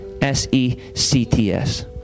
S-E-C-T-S